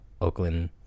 Oakland